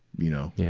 you know. yeah